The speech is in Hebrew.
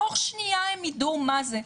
תוך שנייה הן ידעו מה זה.